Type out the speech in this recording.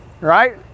right